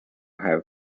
have